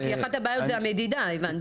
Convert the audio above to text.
כי אחת הבעיות זו המדידה הבנתי.